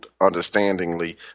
understandingly